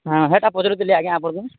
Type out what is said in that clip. ହଁ ହେଟା ପଜରୁଥିଲି ଆଜ୍ଞା ଆପଣଙ୍କୁ